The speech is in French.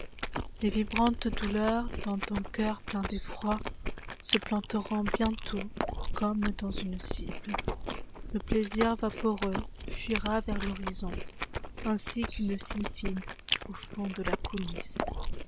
les vibrantes douleurs dans ton cœur plein d'effroise planteront bientôt comme dans une cible le plaisir vaporeux fuira vers l'horizonainsi qu'une sylphide au fond de la coulisse